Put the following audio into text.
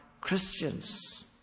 Christians